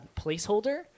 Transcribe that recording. placeholder